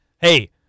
hey